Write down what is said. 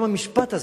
גם המשפט הזה,